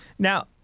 Now